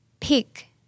Pick